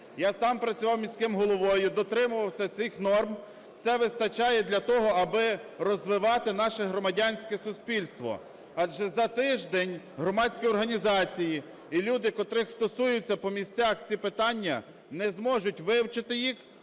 Я сам працював міським головою, дотримувався цих норм. Це вистачає для того, аби розвивати наше громадянське суспільство. Адже за тиждень громадські організації і люди, котрих стосується по місцях ці питання, не зможуть вивчити їх